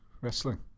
wrestling